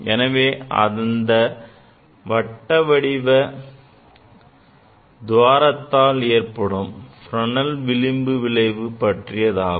எனவே அந்த சோதனை வட்ட வடிவ துவாரத்தால் ஏற்படும் Fresnel விளிம்பு விளைவு பற்றியதாகும்